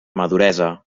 maduresa